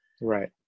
Right